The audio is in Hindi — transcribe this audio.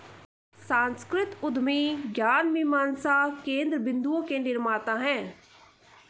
सांस्कृतिक उद्यमी ज्ञान मीमांसा केन्द्र बिन्दुओं के निर्माता हैं